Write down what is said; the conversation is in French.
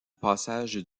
passage